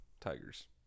Tigers